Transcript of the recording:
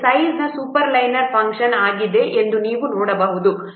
ಸೈಜ್ಸೂಪರ್ಲೈನರ್ function ಆಗಿದೆ ಎಂದು ನೀವು ನೋಡಬಹುದು